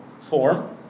form